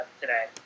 today